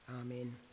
Amen